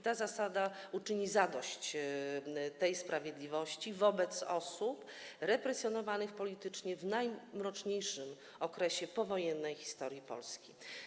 Ta ustawa uczyni zadość tej sprawiedliwości wobec osób represjonowanych politycznie w najmroczniejszym okresie powojennej historii Polski.